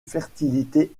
fertilité